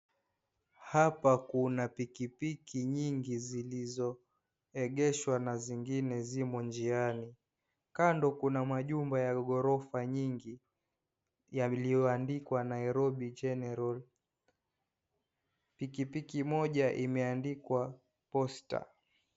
Hapa kuna pikipiki nyingi zilizoegeshwa na zingine zimo njiani. Kando kuna machumba ya ghorofa nyingi yaliyoandikwa Nairobi General. Pikipiki moja imeandikwa .Posta.